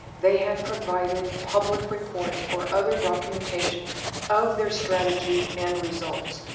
they have provided public reports or other documentation of their strategy and results.